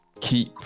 keep